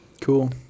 Cool